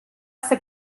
ser